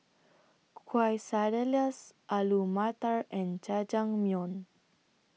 Quesadillas Alu Matar and Jajangmyeon